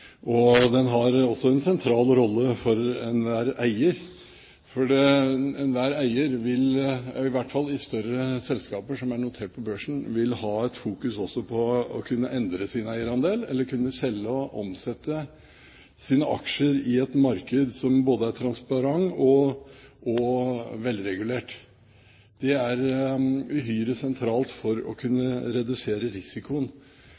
sentral rolle for enhver eier, for enhver eier, i hvert fall i større selskaper som er notert på børsen, vil ha fokus på å kunne endre sin eierandel eller kunne selge og omsette sine aksjer i et marked som både er transparent og velregulert. Det er uhyre sentralt for å kunne redusere risikoen